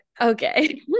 okay